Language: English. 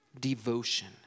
devotion